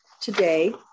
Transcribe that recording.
today